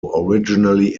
originally